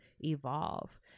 evolve